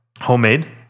Homemade